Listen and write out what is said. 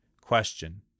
Question